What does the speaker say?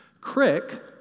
Crick